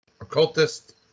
occultist